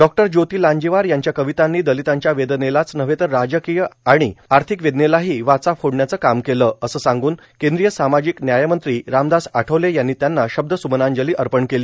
डॉ ज्योती लांजेवार यांच्या कवितांनी दलितांच्या वेदनेलाच नव्हे तर राजकीय आणि आर्थिक वेदनेलाही वाचा फोडण्याचे काम केलं असं सांग्न केंद्रीय सामाजिक न्यायमंत्री रामदास आठवले यांनी त्यांना शब्दस्मनांजली अर्पण केली